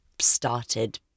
started